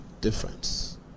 difference